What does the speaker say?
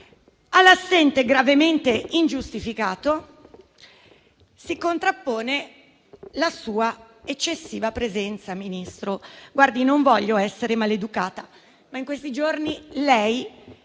All'assente gravemente ingiustificato si contrappone la sua eccessiva presenza, Ministro. Non voglio essere maleducata, ma in questi giorni lei